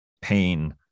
pain